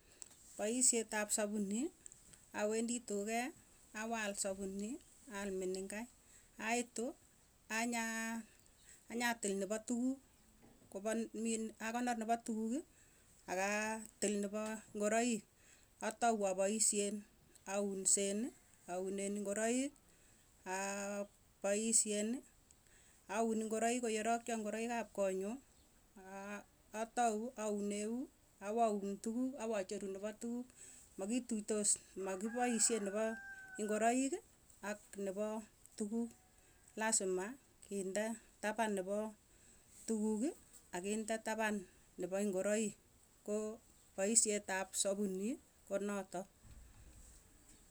Paisyet ap sapunii awendii tukee awaal menengai, aitu anyatil nepo tukuk, akonor nepo tukukii akatil nepo ngoroik atou apoisyen aunsenii aunen ingoroik, apoisyen aun ingoroik koyerokyon ingoroik ap konyun atou aun euu awaun tukuuk, awocheruu nepoo tukuuk, makituitos makipoisye nepo ingoroik ak nepo tukuk lazima kinde tapan nepo tukuk akinde tapan nepo ingoroik koo poisyet ap sapunii konotok.